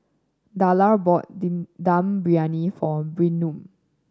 Darla bought Dum Briyani for Bynum